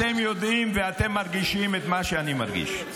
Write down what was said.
אתם יודעים ואתם מרגישים את מה שאני מרגיש,